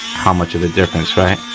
how much of a difference, right,